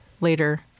later